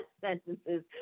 sentences